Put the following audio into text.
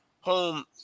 home